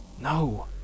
No